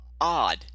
odd